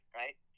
right